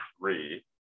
three